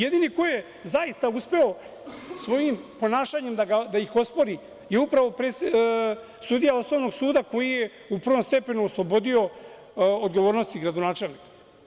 Jedini koji je zaista uspeo svojim ponašanjem da ga ospori je sudija osnovnog suda koji je u prvom stepenu oslobodio odgovornosti gradonačelnika.